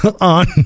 on